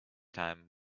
time